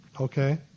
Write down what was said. Okay